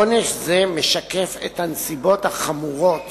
עונש זה משקף את הנסיבות החמורות